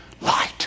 light